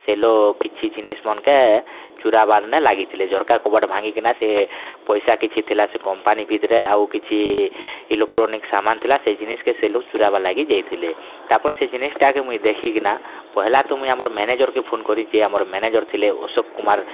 ସେ ଲୋ କିଛି ଜିନିଷ୍ମାନଙ୍କେ ଚୁରବାର୍ନେ ଲାଗି ଥିଲେ ଝରକା କବାଟ ଭାଙ୍ଗି କିନା ସେ ପଇସା କିଛି ଥିଲା ସେ କମ୍ପାନୀ ଭିତରେ ଆଉ କିଛି ଇଲୋଟ୍ରୋନିକ୍ ସାମାନ୍ ଥିଲା ସେ ଜିନିଷ୍ କେ ସେ ଲୋକ୍ ଚୁରାବା ଲାଗି ଯାଇଥିଲେ ତା'ପରେ ସେ ଜିନିଷ୍ଟା ମୁଁଇ ଦେଖି କିନା ପହେଲା ତ ମୁଁଇ ଆମ ମ୍ୟାନେଜର୍କେ ଫୋନ୍ କରିଛି ଆମର ମ୍ୟାନେଜର୍ ଥିଲେ ଅଶୋକ କୁମାର